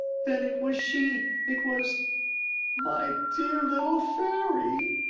then it was she it was my dear little fairy,